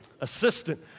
Assistant